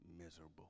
miserable